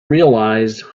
realized